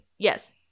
Yes